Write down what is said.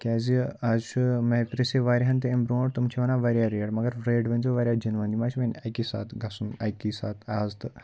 کیٛازِ آز چھُ مےٚ پِرٛژھے واریاہَن تہٕ امہِ برٛونٛٹھ تِم چھِ وَنان واریاہ ریٹ مگر ریٹ ؤنۍزیو واریاہ جیٚنوَن یہِ ما چھِ وۄنۍ اَکی ساتہٕ گژھُن اَکی ساتہٕ آز تہٕ